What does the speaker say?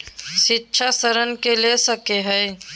शिक्षा ऋण के ले सको है?